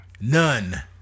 None